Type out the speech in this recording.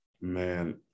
man